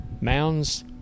mounds